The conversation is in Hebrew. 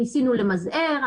ניסינו למזער,